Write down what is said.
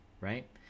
right